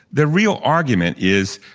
their real argument is,